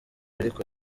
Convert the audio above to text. ariko